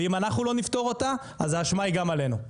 ואם אנחנו לא נפתור אותה אז האשמה היא גם עלינו,